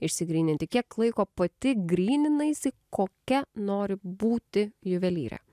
išsigryninti kiek laiko pati gryninaisi kokia nori būti juvelyrė